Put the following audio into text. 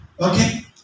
Okay